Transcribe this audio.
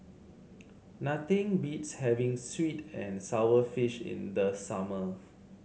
nothing beats having sweet and sour fish in the summer